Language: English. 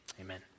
amen